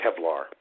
Kevlar